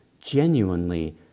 genuinely